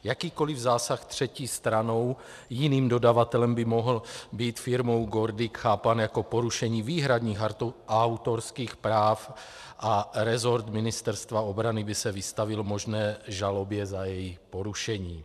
Jakýkoliv zásah třetí stranou, jiným dodavatelem, by mohl být firmou GORDIC chápán jako porušení výhradních autorských práv a resort Ministerstva obrany by se vystavil možné žalobě za jejich porušení.